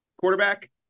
quarterback